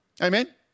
Amen